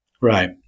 right